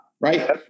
right